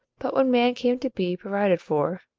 but when man came to be provided for,